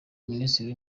minisitiri